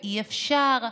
ואי-אפשר.